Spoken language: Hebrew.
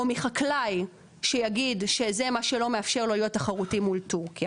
או מחקלאי שיגיד שזה מה שלא מאפשר לו להיות תחרותי מול טורקיה